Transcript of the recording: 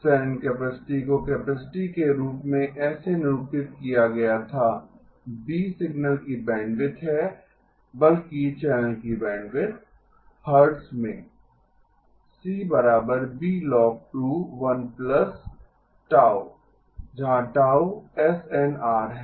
Shannon capacity को capacity के रूप में ऐसे निरूपित किया गया था B सिग्नल की बैंडविड्थ है बल्कि चैनल की बैंडविड्थ हर्ट्ज़ में C Blo g21Γ जहां Γ एसएनआर है